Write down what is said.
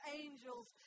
angels